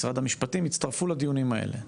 משרד המשפטים, יצטרפו לדיונים האלה.